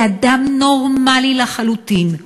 זה אדם נורמלי לחלוטין.